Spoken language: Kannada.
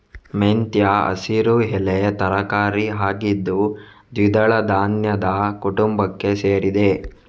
ಮೆಂತ್ಯ ಹಸಿರು ಎಲೆ ತರಕಾರಿ ಆಗಿದ್ದು ದ್ವಿದಳ ಧಾನ್ಯದ ಕುಟುಂಬಕ್ಕೆ ಸೇರಿದೆ